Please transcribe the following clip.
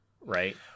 right